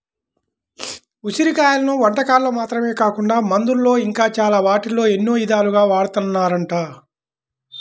ఉసిరి కాయలను వంటకాల్లో మాత్రమే కాకుండా మందుల్లో ఇంకా చాలా వాటిల్లో ఎన్నో ఇదాలుగా వాడతన్నారంట